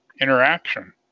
interaction